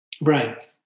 Right